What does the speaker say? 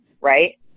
right